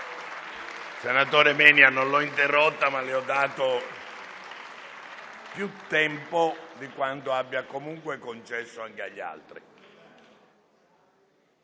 Senatore Menia, non l'ho interrotta, ma le ho dato più tempo di quanto abbia comunque concesso anche agli altri.